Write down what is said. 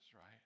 right